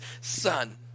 son